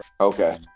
okay